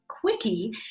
Quickie